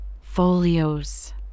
Folios